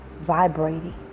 vibrating